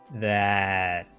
that